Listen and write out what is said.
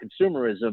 consumerism